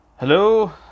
Hello